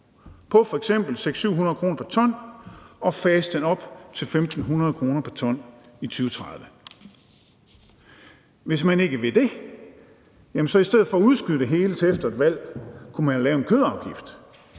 på f.eks. 6-700 kr. pr. ton og fase den op til 1.500 kr. pr. ton i 2030. Hvis man ikke vil det, jamen så kunne man i stedet for at udskyde det hele til efter et valg lave en kødafgift,